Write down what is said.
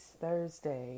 Thursday